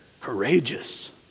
courageous